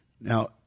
now